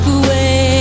away